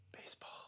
Baseball